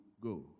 go